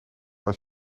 als